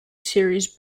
series